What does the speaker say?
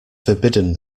forbidden